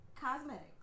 cosmetics